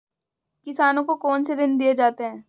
किसानों को कौन से ऋण दिए जाते हैं?